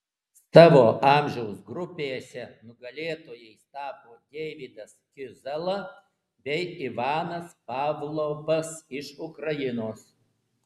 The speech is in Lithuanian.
savo amžiaus grupėse nugalėtojais tapo deividas kizala bei ivanas pavlovas iš ukrainos